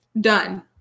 Done